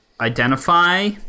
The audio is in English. identify